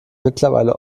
mittlerweile